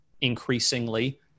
increasingly